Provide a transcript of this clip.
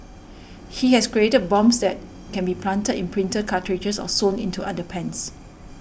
he has created bombs that can be planted in printer cartridges or sewn into underpants